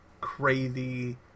crazy